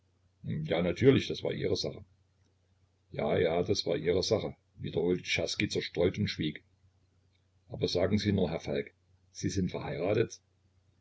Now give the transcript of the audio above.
ja natürlich das war ihre sache ja ja das war ihre sache wiederholte czerski zerstreut und schwieg aber sagen sie nur herr falk sie sind verheiratet